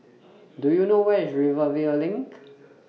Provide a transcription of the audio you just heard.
Do YOU know Where IS Rivervale LINK